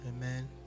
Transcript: Amen